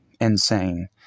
insane